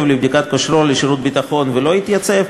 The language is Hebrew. לבדיקת כושרו לשירות ביטחון ולא התייצב,